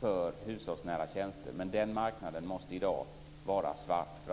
för hushållsnära tjänster, men den marknaden måste i dag vara svart.